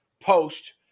post